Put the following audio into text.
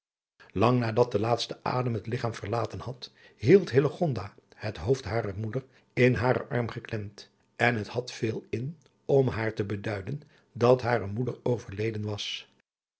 lang nadat de laatste adem het ligchaam verlaten had hield hillegonda het hoofd harer moeder in haren arm geklemd en het had veel in om haar te beduiden dat hare moeder overleden was